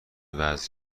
وزن